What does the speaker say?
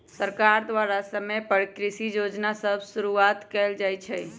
सरकार द्वारा समय समय पर कृषि जोजना सभ शुरुआत कएल जाइ छइ